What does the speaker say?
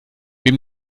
wem